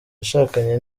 yashakanye